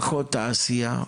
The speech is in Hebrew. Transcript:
פחות תעשייה,